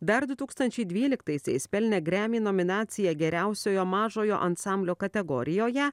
dar du tūkstančiai dvyliktaisiais pelnė grammy nominaciją geriausiojo mažojo ansamblio kategorijoje